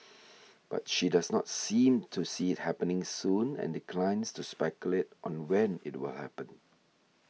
but she does not seem to see it happening soon and declines to speculate on when it were happen